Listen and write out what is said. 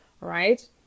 right